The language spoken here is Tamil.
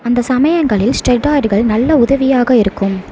அந்த சமயங்களில் ஸ்டெட்ராய்டுகள் நல்ல உதவியாக இருக்கும்